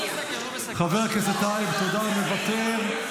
חבר הכנסת טייב, תודה, הוא מוותר.